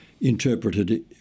Interpreted